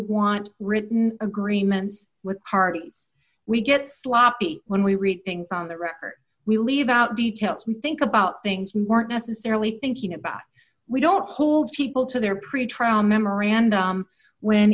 want written agreements with heart we get sloppy when we read things on the record we leave out details we think about things we weren't necessarily thinking about we don't hold people to their pretrial memorandum when